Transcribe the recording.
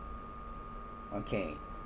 okay